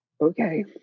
okay